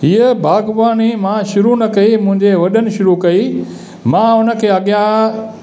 हीअं बाग़बानी मां शुरू न कई मुंहिंजे वॾनि शुरू कई मां उन खे अॻियां